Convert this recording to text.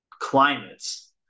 climates